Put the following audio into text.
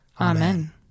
Amen